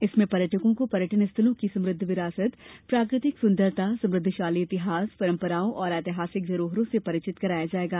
इसमें पर्यटकों को पर्यटन स्थलों की समृद्ध विरासत प्राकृतिक सुंदरता समृद्वशाली इतिहास परम्पराओं और ऐतिहासिक धरोहरों से परिचित कराया जायेगा